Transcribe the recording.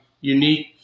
unique